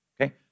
Okay